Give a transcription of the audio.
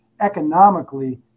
economically